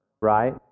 right